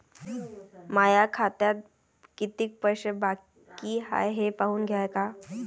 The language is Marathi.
माया खात्यात कितीक पैसे बाकी हाय हे पाहून द्यान का?